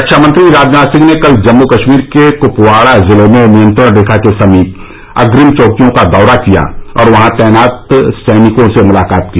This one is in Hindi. रक्षामंत्री राजनाथ सिंह ने कल जम्मू कश्मीर के क्पवाड़ा जिले में नियंत्रण रेखा के समीप अग्रिम चौकियों का दौरा किया और वहां तैनात सैनिकों से मुलाकात की